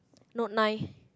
not nine